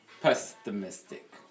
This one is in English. pessimistic